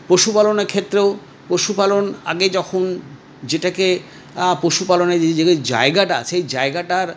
পশুপালনের ক্ষেত্রেও পশুপালন আগে যখন যেটাকে পশুপালনের যে যে জায়গাটা আছে সেই জায়েগাটার